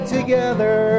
together